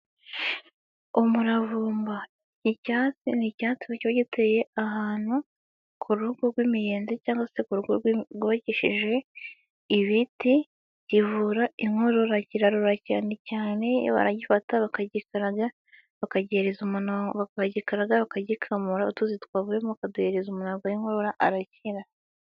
Umuravumba. Ni icyatsi cyo giteye ahantu ku rugo rw'imiyenzi, cyangwa se urugo rwubakishije ibiti kivura inkorora, kirarura cyane cyane baragifata bakagikaraga bakagikamura utuzi tuvuyemo ukaduhereza umuntu urwaye inkorora arakira.